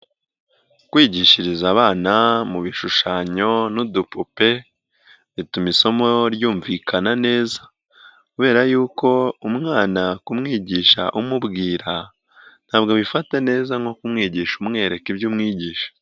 Kwigishiriza abana mu bishushanyo n'udupupe, bituma isomo ryumvikana neza kubera yuko umwana kumwigisha umubwira ntabwo abifata neza nko kumwigisha umwereka ibyo umwigisha.